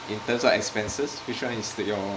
in terms of expenses which one is your highest